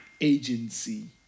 agency